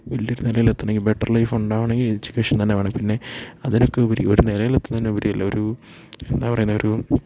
വലിയ നിലയിലെത്തണമെങ്കിൽ better life ഉണ്ടാവണമെങ്കിൽ എഡൂക്കേഷൻ തന്നെവേണം പിന്നെ അതിനൊക്കെ ഉപരി ഒരു നിലയിലെത്തുന്നതിനുപരി അല്ലേൽ ഒരു എന്താ പറയുന്നത് ഒരു